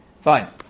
Fine